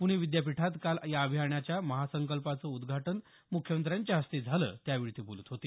प्णे विद्यापीठात काल या अभियानाच्या महासंकल्पाचं उदघाटन मुख्यमंत्र्यांच्या हस्ते झालं त्यावेळी ते बोलत होते